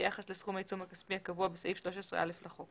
ביחס לסכום העיצום הכספי הקבוע בסעיף 13(א) לחוק